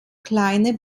kleine